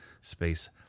space